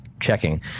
checking